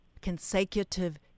consecutive